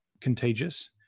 contagious